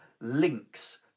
links